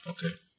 Okay